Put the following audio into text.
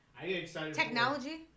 Technology